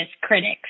critics